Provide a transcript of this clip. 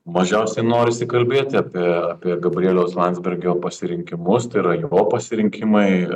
mažiausiai norisi kalbėti apie apie gabrieliaus landsbergio pasirinkimus tai yra jo pasirinkimai